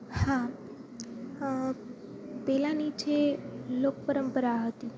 હા પહેલાંની જે લોકપરંપરા હતી